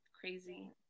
crazy